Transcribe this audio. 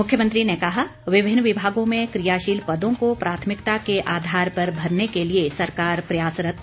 मुख्यमंत्री ने कहा विभिन्न विभागों में क्रियाशील पदों को प्राथमिकता के आधार पर भरने के लिए सरकार प्रयासरत